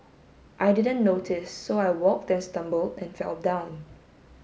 I didn't notice so I walked and stumbled and fell down